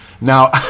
Now